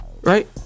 Right